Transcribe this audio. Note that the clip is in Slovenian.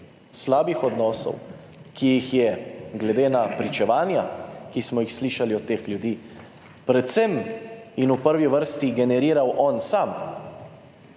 slabih odnosov, ki jih je, glede na pričevanja, ki smo jih slišali od teh ljudi, predvsem in v prvi vrsti generiral on sam.